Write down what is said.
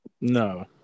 No